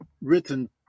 written